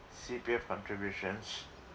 C_P_F contributions